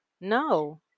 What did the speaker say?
No